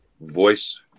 voice